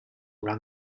run